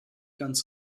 ganz